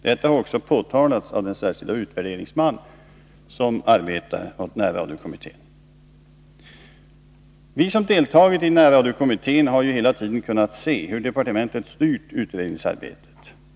Detta har också påtalats av den särskilda utvärderingsman som arbetar åt närradiokommittén. Vi som deltagit i närradiokommittén har hela tiden kunnat se hur departementet styrt utredningsarbetet.